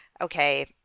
okay